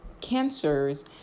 cancers